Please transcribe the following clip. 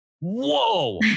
whoa